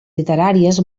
literàries